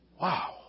Wow